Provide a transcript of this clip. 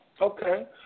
Okay